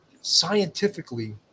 scientifically